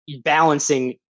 balancing